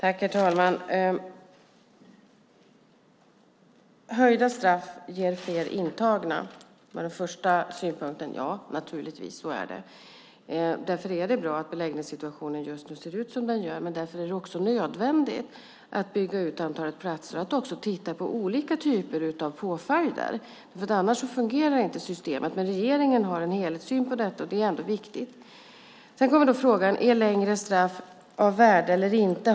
Herr talman! Höjda straff ger fler intagna, var den första synpunkten. Ja, så är det naturligtvis. Därför är det bra att beläggningssituationen just nu ser ut som den gör. Men därför är det också nödvändigt att bygga ut antalet platser. Man måste också titta på olika typer av påföljder. Annars fungerar inte systemet. Regeringen har en helhetssyn på detta, och det är viktigt. Sedan kom frågan: Är längre straff av värde?